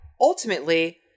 ultimately